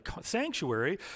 sanctuary